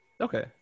okay